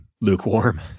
lukewarm